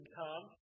come